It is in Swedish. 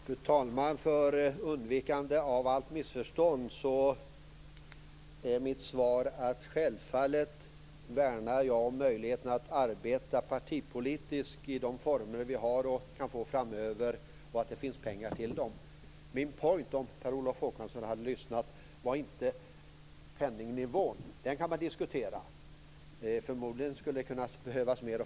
Fru talman! För att undvika missförstånd är mitt svar att självfallet värnar jag om möjligheten att arbeta partipolitiskt i de former vi har och kan få framöver och att det finns pengar. Min point - om Per Olof Håkansson hade lyssnat - var inte penningnivån. Den kan man diskutera. Förmodligen skulle det behövas mer.